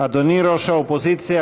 אדוני ראש האופוזיציה,